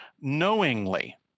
knowingly